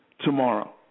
tomorrow